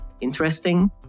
interesting